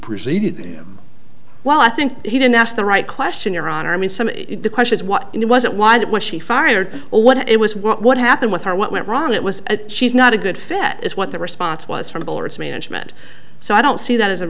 preceded him well i think he didn't ask the right question your honor i mean some of the questions what was it why did was he fired or what it was what happened with her what went wrong it was a she's not a good fit is what the response was from bullard's management so i don't see that as